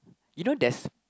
you know there's